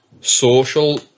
social